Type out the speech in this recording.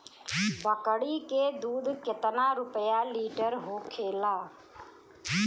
बकड़ी के दूध केतना रुपया लीटर होखेला?